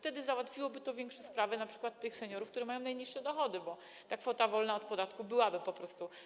To załatwiłoby większość spraw np. seniorów, którzy mają najniższe dochody, bo ta kwota wolna od podatku byłaby po prostu.